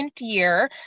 year